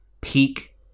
peak